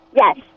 yes